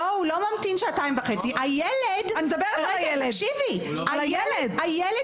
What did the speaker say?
אני מדברת על הילד.